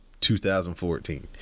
2014